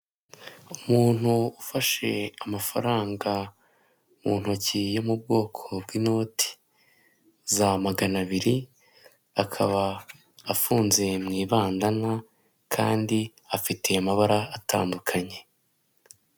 Umuntu ufashe amafaranga mu ntoki zo mu bwoko bw'inote za magana abiri akaba afunze mu ibandana kandi afite amabara atandukanye.